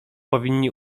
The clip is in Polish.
powinni